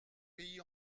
pays